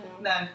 No